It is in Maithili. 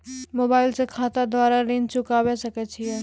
मोबाइल से खाता द्वारा ऋण चुकाबै सकय छियै?